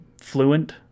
fluent